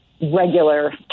regular